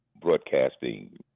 broadcasting